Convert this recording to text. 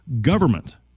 Government